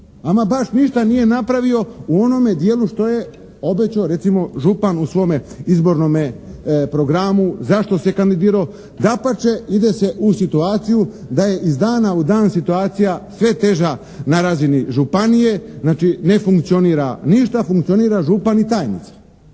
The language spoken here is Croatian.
ama baš ništa nije napravio u onome dijelu što je obećao recimo župan u svome izbornome programu zašto se kandidirao. Dapače, ide se u situaciju da je iz dana u dan situacija sve teža na razini županije, znači ne funkcionira ništa. Funkcionira župan i tajnica.